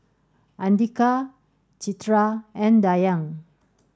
Andika Citra and Dayang